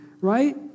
right